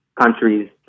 countries